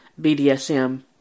BDSM